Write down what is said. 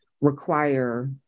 require